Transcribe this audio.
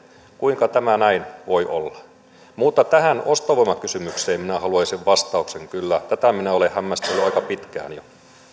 kuinka tämä näin voi olla mutta tähän ostovoimakysymykseen minä haluaisin vastauksen kyllä tätä minä olen hämmästellyt aika pitkään jo